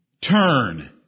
Turn